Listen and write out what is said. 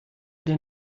der